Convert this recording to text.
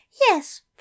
Yes